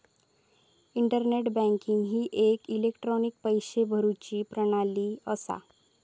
internet banking ही एक electronic पैशे भरुची प्रणाली असा